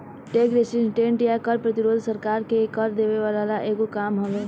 tax resistance या कर प्रतिरोध सरकार के कर देवे वाला एगो काम हवे